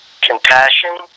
compassion